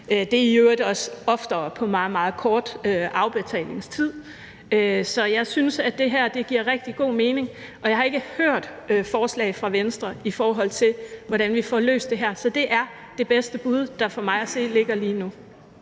Det er i øvrigt også oftere på meget, meget kort afbetalingstid. Så jeg synes, at det her giver rigtig god mening, og jeg har ikke hørt forslag fra Venstre, i forhold til hvordan vi får løst det her. Så det er det bedste bud, der for mig at se ligger lige nu.